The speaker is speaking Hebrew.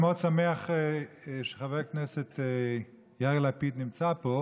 קודם כול אני מאוד שמח שחבר הכנסת יאיר לפיד נמצא פה.